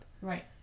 right